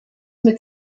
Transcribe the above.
mit